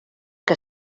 que